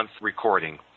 recording